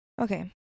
okay